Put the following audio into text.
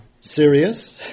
serious